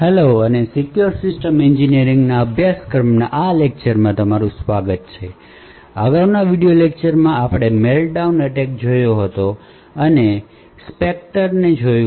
hello અને secure system એન્જિનિયરિંગના અભ્યાસક્રમના આ લેક્ચરમાં તમારું સ્વાગત છે અગાઉના વિડિઓ લેક્ચરમાં આપણે મેલ્ટડાઉન એટેક જોયો હતો અને સ્પેક્ટર ને જોયું